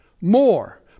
more